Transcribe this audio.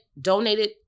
donated